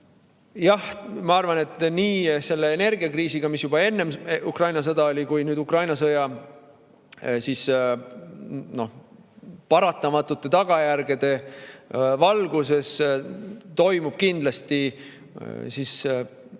Jah, ma arvan, et nii selle energiakriisiga, mis juba enne Ukraina sõda oli, kui ka Ukraina sõja paratamatute tagajärgede valguses toimub kindlasti